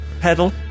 pedal